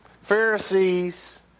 Pharisees